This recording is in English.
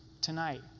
tonight